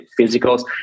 physicals